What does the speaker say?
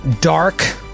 Dark